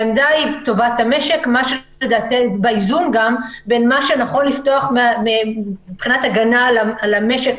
העמדה היא טובת המשק והאיזון בין מה שנכון לפתוח מבחינת הגנה על המשק,